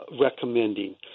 recommending